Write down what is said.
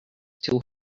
too